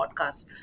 podcast